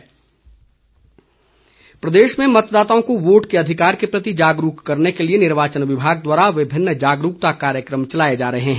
SVEEP प्रदेश में मतदाताओं को वोट के अधिकार के प्रति जागरूक करने के लिए निर्वाचन विभाग द्वारा विभिन्न जागरूकता कार्यक्रम चलाए जा रहे हैं